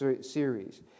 series